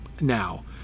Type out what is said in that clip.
now